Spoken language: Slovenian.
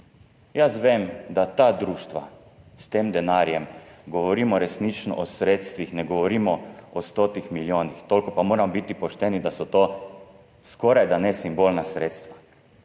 Jaz vem, da ta društva s tem denarjem, resnično govorimo o sredstvih, ne govorimo o stotih milijonih, toliko pa moramo biti pošteni, da so to skorajda simbolna sredstva,